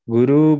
Guru